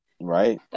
Right